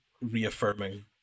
reaffirming